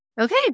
Okay